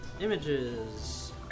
images